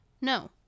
No